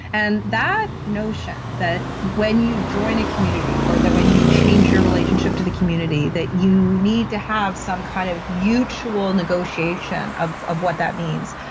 and that notion, that when you join a community or when you change your relationship to the community, that you need to have some kind of mutual negotiation of of what that means,